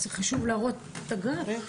אז אולי חשוב להראות את הגרף.